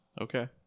Okay